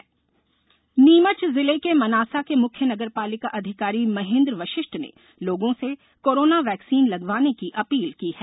जन आंदोलन नीमच जिले के मनासा के मुख्य नगरपालिका अधिकारी महेन्द्र वशिष्ठ ने लोगों से कोरोना वैक्सीन लगवाने की अपील की है